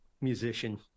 musician